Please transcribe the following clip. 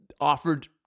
offered